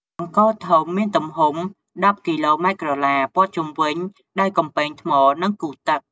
អង្គរធំមានទំហំ ១០ គីឡូម៉ែត្រក្រឡា ព័ទ្ធជុំវិញដោយកំពែងថ្ម និងគូទឹក។